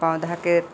पौधा के